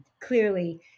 Clearly